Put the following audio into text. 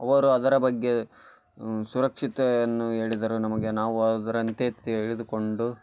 ಅವರು ಅದರ ಬಗ್ಗೆ ಸುರಕ್ಷತೆಯನ್ನು ಹೇಳಿದರು ನಮಗೆ ನಾವು ಅದರಂತೆ ತಿಳಿದುಕೊಂಡು